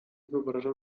wyobrażam